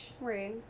Right